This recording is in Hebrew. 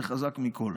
זה חזק מכול.